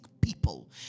people